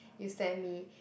you send me